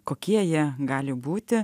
kokie jie gali būti